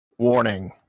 Warning